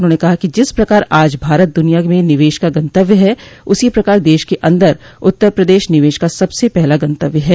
उन्होंने कहा कि जिस प्रकार आज भारत दुनिया में निवेश का गंतव्य है उसी प्रकार देश के अन्दर उत्तर प्रदेश निवेश का सबसे पहला गंतव्य है